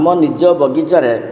ଆମ ନିଜ ବଗିଚାରେ